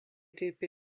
tüüpi